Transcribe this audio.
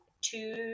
two